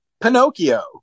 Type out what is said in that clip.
Pinocchio